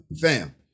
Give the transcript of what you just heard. Fam